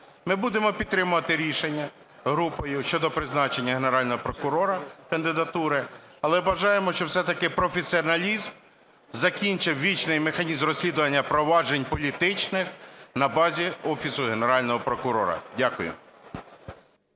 Ми будемо підтримувати рішення, групою, щодо призначення Генерального прокурора, кандидатури. Але бажаємо, щоб все-таки професіоналізм закінчив вічний механізм розслідування проваджень політичних на базі Офісу Генерального прокурора. Дякую.